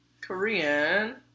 Korean